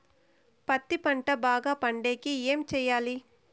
పత్తి పంట బాగా పండే కి ఏమి చెయ్యాలి?